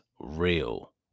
real